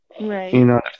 Right